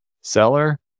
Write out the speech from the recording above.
seller